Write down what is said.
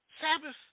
Sabbath